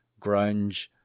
grunge